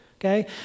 Okay